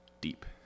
deep